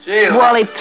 Wally